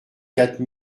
quatre